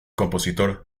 compositor